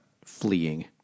fleeing